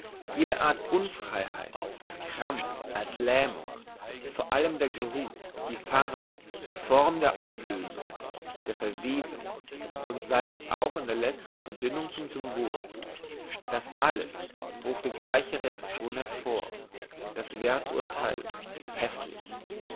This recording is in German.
jede art unfreiheit als krampf als lähmung vor allem der geruch die farbe die form der auflösung der verwesung und sei es auch in der letzten verdünnung zum symbol das alles ruft die gleiche reaktion hervor das werthurtheil hässlich